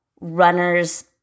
runners